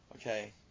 okay